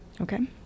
Okay